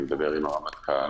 אני מדבר עם הרמטכ"ל,